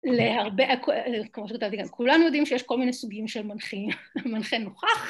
להרבה, כמו שכתבתי כאן, כולנו יודעים שיש כל מיני סוגים של מנחים. מנחה נוכח